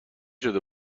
شده